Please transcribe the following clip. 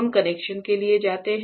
उन कनेक्शन किए जाते हैं